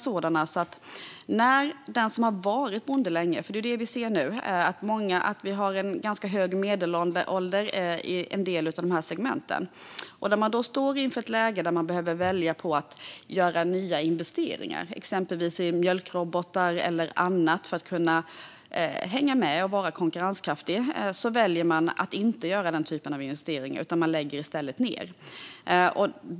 Medelåldern är nu ganska hög i en del av dessa segment, och när den som har varit bonde länge står inför ett val att göra nya investeringar, i exempelvis mjölkrobotar eller annat, för att kunna hänga med och vara konkurrenskraftig väljer en del att inte göra detta utan lägger i stället ned.